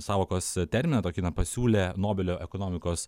sąvokos terminą tokį na pasiūlė nobelio ekonomikos